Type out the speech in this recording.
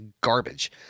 garbage